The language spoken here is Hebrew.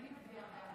ההצעה להעביר את